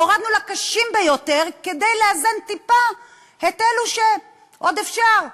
הורדנו מהקשים ביותר כדי לאזן טיפה את אלו שעוד אפשר.